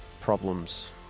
problems